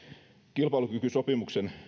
kilpailukykysopimuksen